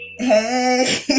Hey